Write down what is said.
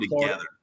together